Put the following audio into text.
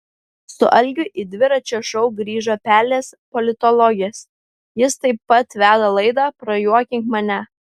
su algiu į dviračio šou grįžo pelės politologės jis taip pat veda laidą prajuokink mane